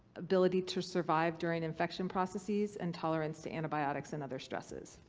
ability to survive during infection processes and tolerance to antibiotics and other stresses.